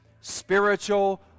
spiritual